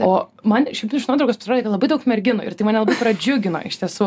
o man šiaip tai iš nuotraukos pasirodė kad labai daug merginų ir tai mane labai pradžiugino iš tiesų